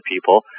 people